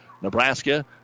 Nebraska